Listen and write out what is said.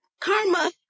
karma